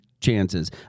chances